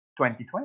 2020